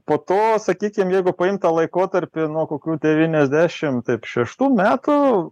po to sakykim jeigu paimt tą laikotarpį nuo kokių devyniasdešim taip šeštų metų